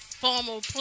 formal